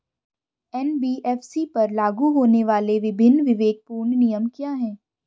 NBFC पर लागू होने वाले विभिन्न विवेकपूर्ण नियम क्या हैं?